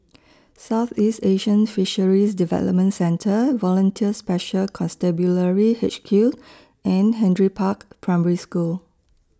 Southeast Asian Fisheries Development Centre Volunteer Special Constabulary H Q and Henry Park Primary School